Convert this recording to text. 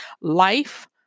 life